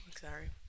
sorry